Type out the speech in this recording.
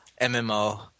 MMO